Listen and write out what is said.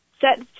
set